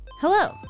Hello